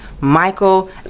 Michael